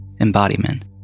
embodiment